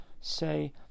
say